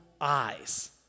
eyes